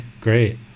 great